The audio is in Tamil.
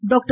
டாக்டர்